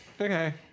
Okay